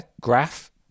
graph